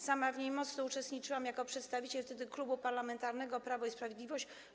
Sama w niej mocno uczestniczyłam wtedy jako przedstawiciel Klubu Parlamentarnego Prawo i Sprawiedliwość.